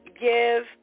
give